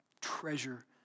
treasure